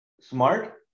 smart